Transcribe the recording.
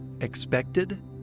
expected